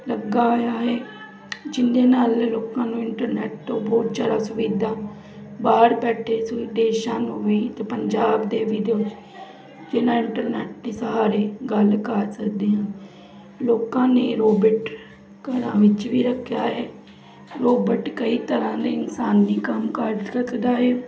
ਲੱਗਾ ਹੋਇਆ ਹੈ ਜਿਨਦੇ ਨਾਲ ਲੋਕਾਂ ਨੂੰ ਇੰਟਰਨੈਟ ਤੋਂ ਬਹੁਤ ਜ਼ਿਆਦਾ ਸੁਵਿਧਾ ਬਾਹਰ ਬੈਠੇ ਸ ਵਿਦੇਸ਼ਾਂ ਨੂੰ ਵੀ ਅਤੇ ਪੰਜਾਬ ਦੇ ਵਿਦੇ ਬਿਨਾਂ ਇੰਟਰਨੈੱਟ ਦੇ ਸਹਾਰੇ ਗੱਲ ਕਰ ਸਕਦੇ ਹਾਂ ਲੋਕਾਂ ਨੇ ਰੋਬਿਟ ਘਰਾਂ ਵਿੱਚ ਵੀ ਰੱਖਿਆ ਹੈ ਰੋਬਟ ਕਈ ਤਰ੍ਹਾਂ ਦੇ ਇਨਸਾਨੀ ਕੰਮ ਕਰ ਸਕਦਾ ਹੈ